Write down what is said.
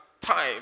time